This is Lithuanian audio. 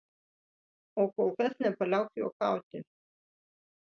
o kol kas nepaliauk juokauti